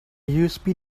usb